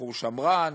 בחור שמרן,